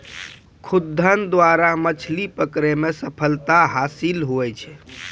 खुद्दन द्वारा मछली पकड़ै मे सफलता हासिल हुवै छै